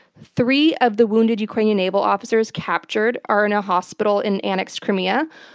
three of the wounded ukrainian naval officers captured are in a hospital in annexed crimea,